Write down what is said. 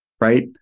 right